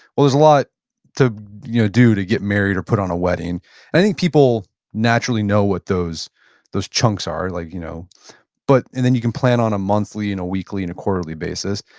well, there's a lot to you know do to get married or put on a wedding. and i think people naturally know what those those chunks are. like you know but and then you can plan on a monthly and a weekly and a quarterly basis.